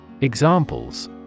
Examples